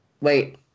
Wait